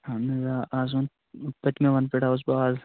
اہن حظ آ آز اوٚن پٔتمہِ ونٛدٕ پٮ۪ٹھ آوُس بہٕ آز